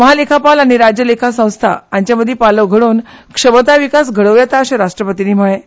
महालेखापाल आनी राज्य लेखा संस्था हांचे मदीं पालव घडोवन तांक विकास घडोवं येता अशें राष्ट्रपतींनी म्हळें